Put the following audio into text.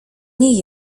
nie